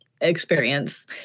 experience